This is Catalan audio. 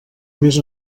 més